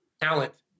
talent